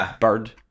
bird